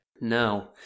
No